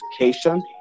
education